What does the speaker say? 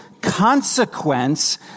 consequence